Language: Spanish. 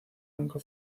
nunca